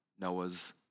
Noah's